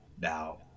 Now